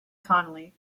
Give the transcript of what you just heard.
connolly